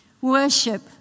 Worship